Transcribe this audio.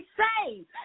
saved